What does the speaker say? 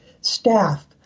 staff